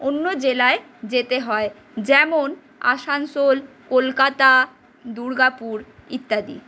অন্য জেলায় যেতে হয় যেমন আসানসোল কলকাতা দুর্গাপুর ইত্যাদি